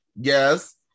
Yes